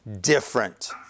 different